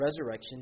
resurrection